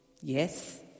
Yes